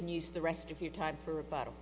can use the rest of your time for a bottle